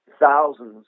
thousands